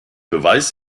beweis